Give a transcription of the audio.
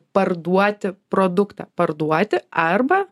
parduoti produktą parduoti arba